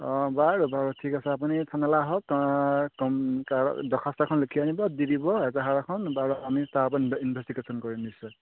অঁ বাৰু বাৰু ঠিক আছে আপুনি থানালৈ আহক দৰ্খাস্ত এখন লিখি আনিব দি দিব এজাহাৰ এখন বাৰু আমি তাৰ ওপৰত ইনভেষ্টিগেশ্যন কৰিম নিশ্চয়